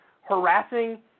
harassing